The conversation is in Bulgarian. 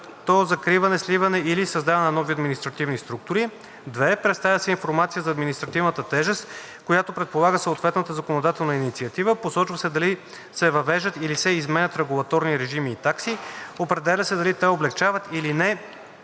като закриване, сливане или създаване на нови административни структури; 2. Представя се информация за административната тежест, която предполага съответната законодателна инициатива. Посочва се дали се въвеждат, или се изменят регулаторни режими и такси. Определя се дали те облекчават, или не